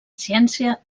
ciència